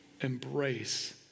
embrace